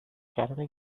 کردن